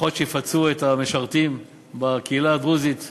לפחות יפצו את המשרתים בקהילה הדרוזית בבנייה,